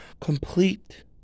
complete